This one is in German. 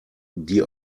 die